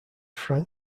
frank